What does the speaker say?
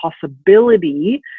possibility